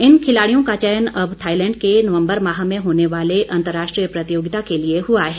इन खिलाड़ियों का चयन अब थाईलैंड में नवम्बर माह में होने वाली अंतर्राष्ट्रीय प्रतियोगिता के लिए हुआ है